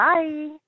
Bye